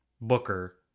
Booker